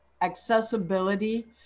accessibility